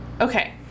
Okay